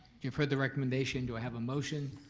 you've heard the recommendation, do i have a motion?